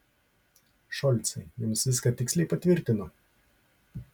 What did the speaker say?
šolcai jums viską tiksliai patvirtino